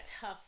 tough